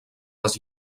les